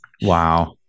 Wow